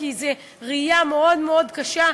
כי זאת ראייה מאוד מאוד קשה.